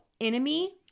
enemy